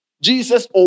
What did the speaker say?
Jesus